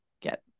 get